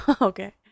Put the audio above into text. Okay